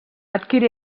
adquirir